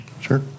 Sure